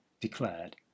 declared